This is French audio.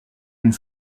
une